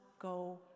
go